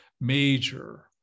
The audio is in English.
major